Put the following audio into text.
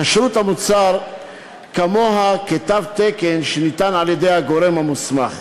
כשרות המוצר כמוה כתו תקן שניתן על-ידי הגורם המוסמך.